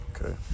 Okay